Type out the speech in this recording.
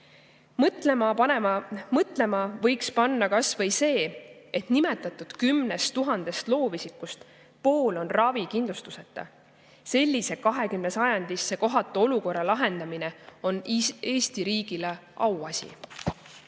Mõtlema võiks panna kas või see, et nimetatud 10 000 loovisikust pool on ravikindlustuseta. Sellise 20. sajandisse kohatu olukorra lahendamine on Eesti riigile auasi.